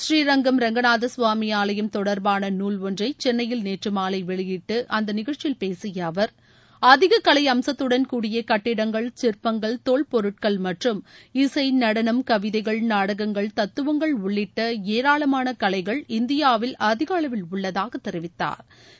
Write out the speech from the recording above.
புரீரங்கம் ரங்காநாத சுவாமி ஆலையம் தொடர்பாள நூல் ஒன்றை சென்னையில் நேற்று மாலை வெளியிட்டு அந்த நிகழ்ச்சியில் பேசிய அவர் அதிக கலை அம்கத்துடன் கூடிய கட்டிடங்கள் சிற்பங்கள் தோல் பொருட்கள் மற்றும் இசை நடனம் கவிதைகள் நாடகங்கள் தத்துவங்கள் உளிட்ட ஏராளமான கலைகள் இந்தியாவில் அதிக அளவில் உள்ளதாக தெரிவித்தாா்